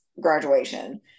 graduation